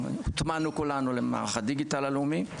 כולנו הוטמענו למערך הדיגיטל הלאומי.